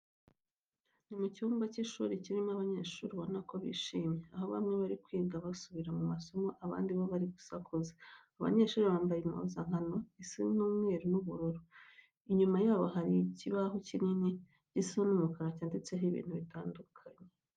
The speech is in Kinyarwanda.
Ni mu cyumba cy'ishuri kirimo abanyeshuri ubona ko bishimye, aho bamwe bari kwiga basubira mu masomo abandi bo bari gusakuza. Abo banyeshuri bambaye impuzankano isa umweru n'ubururu. Inyuma yabo hari ikibaho kinini gisa umukara cyanditseho ibintu bitandukanye.